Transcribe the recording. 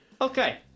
Okay